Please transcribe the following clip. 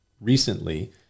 recently